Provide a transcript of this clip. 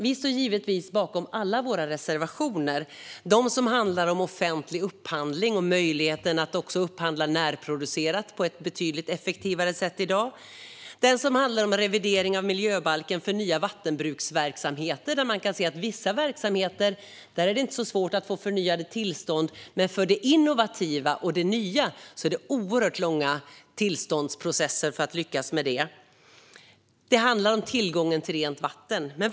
Vi står givetvis bakom alla våra reservationer, såväl de som handlar om offentlig upphandling och möjligheten att också upphandla närproducerat på ett betydligt effektivare sätt än i dag som den som handlar om revidering av miljöbalken för nya vattenbruksverksamheter där man kan se att det inte är så svårt att få förnyade tillstånd för vissa verksamheter men att det är oerhört långa tillståndsprocesser för det innovativa och det nya. Det handlar också om tillgången till rent dricksvatten.